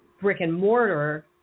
brick-and-mortar